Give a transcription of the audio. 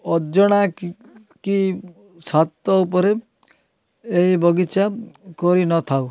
ଅଜଣା କି ଛାତ ଉପରେ ଏଇ ବଗିଚା କରିନଥାଉ